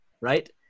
Right